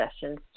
sessions